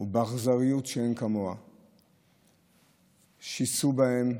ובאכזריות שאין כמוה שיסו בהם,